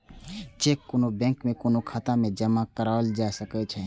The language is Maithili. चेक कोनो बैंक में कोनो खाता मे जमा कराओल जा सकै छै